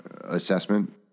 assessment